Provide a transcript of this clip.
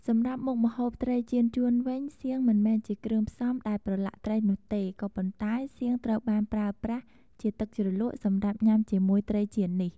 សម្រាប់មុខម្ហូប ត្រីចៀនចួនវិញ សៀងមិនមែនជាគ្រឿងផ្សំ ដែលប្រឡាក់ត្រីនោះទេ ក៏ប៉ុន្តែ សៀងត្រូវបានប្រើប្រាស់ជាទឹកជ្រលក់សម្រាប់ញ៉ាំជាមួយត្រីចៀននេះ។